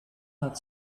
out